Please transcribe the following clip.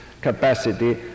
capacity